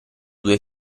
due